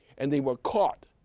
and they were caught,